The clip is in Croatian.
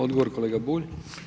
Odgovor kolega Bulj.